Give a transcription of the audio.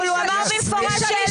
אבל הוא אמר במפורש שאלות.